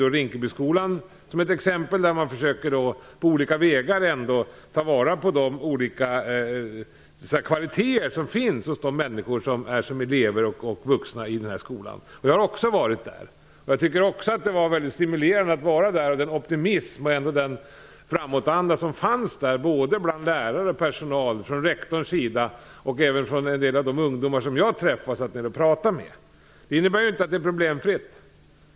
Eva Johansson exemplifierade med Rinkebyskolan, där man på olika vägar ändå försöker ta vara på de olika kvaliteter som eleverna och de vuxna har. Jag har också besökt den skolan och tycker att det var väldigt stimulerande att se den optimism och den framåtanda som fanns bland lärare och personal och hos rektorn. Det gäller även en del av de ungdomar som jag träffade och som jag satt och pratade med. Men det här innebär inte att det är problemfritt.